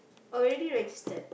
already registered